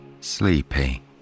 sleepy